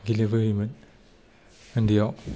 गेलेबोयोमोन उन्दैयाव